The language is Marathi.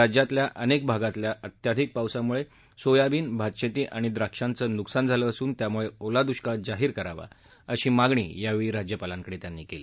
राज्यातील अनेक भागांतील अत्याधिक पावसामुळे सोयाबीन भात शेती आणि द्राक्षांचं नुकसान झालं असून त्यामुळं ओला दुष्काळ जाहीर करावा अशी मागणी यावेळी राज्यपालांकडे त्यांनी केली